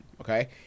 okay